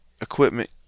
equipment